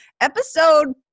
episode